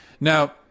Now